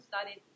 studied